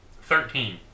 Thirteen